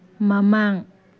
ꯃꯃꯥꯡ